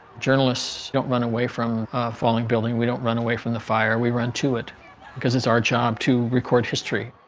journalists don't run away from falling building we don't run away from the fire we run to it because it's our job to record history